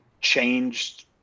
changed